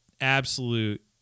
absolute